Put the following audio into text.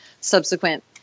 subsequent